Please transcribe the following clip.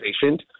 patient